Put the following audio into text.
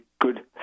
good